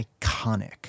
iconic